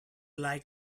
like